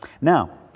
Now